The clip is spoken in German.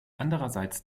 andererseits